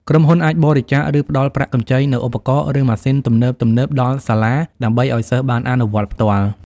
ក្រុមហ៊ុនអាចបរិច្ចាគ ឬផ្តល់ប្រាក់កម្ចីនូវឧបករណ៍ ឬម៉ាស៊ីនទំនើបៗដល់សាលាដើម្បីឱ្យសិស្សបានអនុវត្តផ្ទាល់។